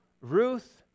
Ruth